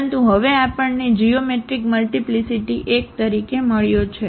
પરંતુ હવે આપણને જીઓમેટ્રિક મલ્ટીપ્લીસીટી 1 તરીકે મળ્યો છે